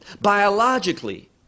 biologically